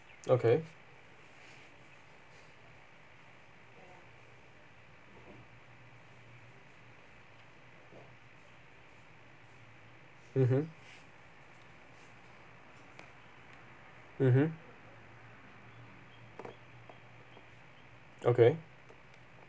okay mmhmm mmhmm okay